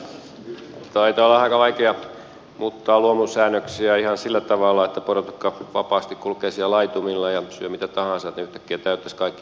taitaa olla aika vaikea muuttaa luomun säännöksiä ihan sillä tavalla että porotokka vapaasti kulkee siellä laitumilla ja syö mitä tahansa että se yhtäkkiä täyttäisi kaikki mahdolliset luomusäännökset